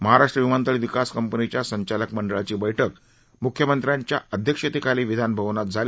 महाराष्ट्र विमानतळ विकास कंपनीच्या संचालक मंडळाची बैठक म्ख्यमंत्र्यांच्या अध्यक्षतेखाली विधानभवनात झाली